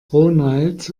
ronald